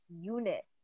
unit